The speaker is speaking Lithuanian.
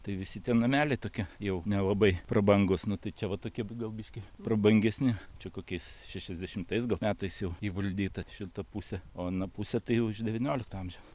tai visi tie nameliai tokia jau nelabai prabangūs nu tai čia va tokie gal biški prabangesni čia kokiais šešiasdešimtais metais jau įvaldyta šita pusė o ana pusė tai jau iš devyniolikto amžiaus